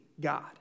God